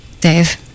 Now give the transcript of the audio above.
Dave